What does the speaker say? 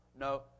No